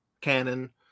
canon